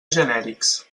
genèrics